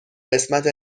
قسمت